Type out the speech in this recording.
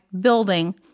building